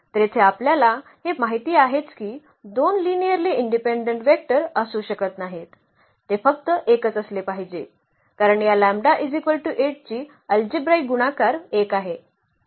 तर येथे आपल्याला हे माहित आहेच की दोन लिनिअर्ली इंडिपेंडेंट वेक्टर असू शकत नाहीत ते फक्त एकच असले पाहिजे कारण या λ 8 ची अल्जेब्राईक गुणाकार 1 आहे